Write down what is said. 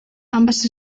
ambas